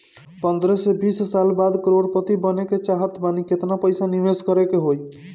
पंद्रह से बीस साल बाद करोड़ पति बने के चाहता बानी केतना पइसा निवेस करे के होई?